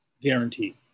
guaranteed